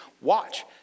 watch